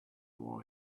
war